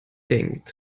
denkt